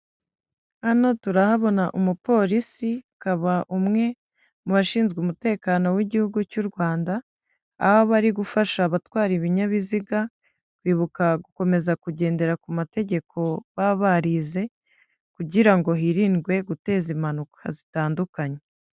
Hano turahabona umupolisi akaba umwe mu bashinzwe umutekano w'igihugu cy'u Rwanda, aho aba ari gufasha abatwara ibinyabiziga kwibuka gukomeza kugendera ku mategeko baba barize, kugira ngo hirindwe guteza impanuka zitandukanye.